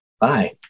bye